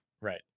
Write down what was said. right